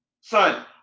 Son